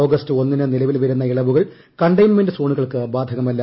August ഒന്നിന് നിലവിൽ വരുന്ന ഇളവുകൾ കണ്ടെയ്ൻമെന്റ് സോണുകൾക്ക് ബാധകമല്ല